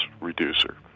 reducer